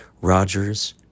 Rogers